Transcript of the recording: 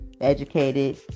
educated